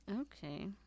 Okay